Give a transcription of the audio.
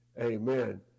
amen